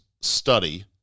study